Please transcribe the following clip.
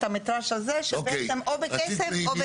המטראז' הזה או בכסף או --- אוקיי,